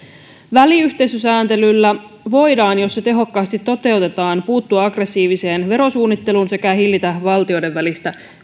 väliyhteisösääntelyllä voidaan jos se tehokkaasti toteutetaan puuttua aggressiiviseen verosuunnitteluun sekä hillitä valtioiden välistä